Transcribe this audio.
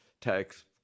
tax